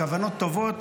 הכוונות טובות,